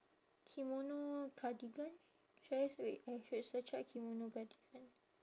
kimono cardigan should I wait I should search up kimono cardigan